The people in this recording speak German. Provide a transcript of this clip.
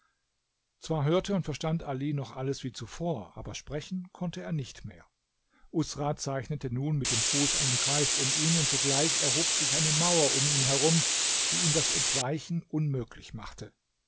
zwar hörte und verstand ali noch alles wie zuvor aber sprechen konnte er nicht mehr usra zeichnete nun mit dem fuß einen kreis um ihn und sogleich erhob sich eine mauer um ihn herum die ihm das entweichen unmöglich machte